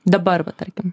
dabar va tarkim